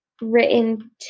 written